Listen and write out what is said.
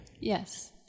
Yes